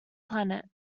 planet